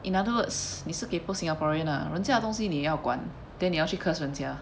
in other words 你是 kaypoh singaporean ah 人家的东西你也要管 then 你要去 curse 人家